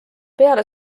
peale